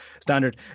standard